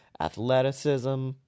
athleticism